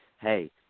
hey